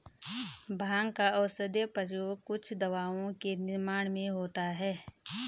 भाँग का औषधीय प्रयोग कुछ दवाओं के निर्माण में होता है